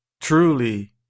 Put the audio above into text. truly